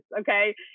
okay